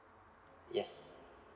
yes